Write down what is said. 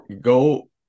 go